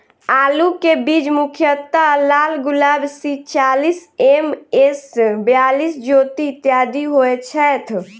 आलु केँ बीज मुख्यतः लालगुलाब, सी चालीस, एम.एस बयालिस, ज्योति, इत्यादि होए छैथ?